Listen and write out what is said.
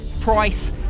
price